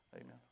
Amen